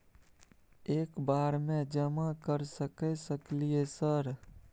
एक बार में जमा कर सके सकलियै सर?